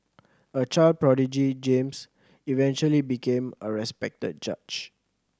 a child prodigy James eventually became a respected judge